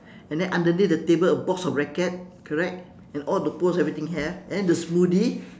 and then underneath the table a box of racket correct and all the poles everything have and then the smoothie